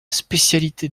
spécialité